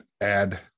add